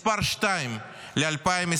מס' 2, ל-2024: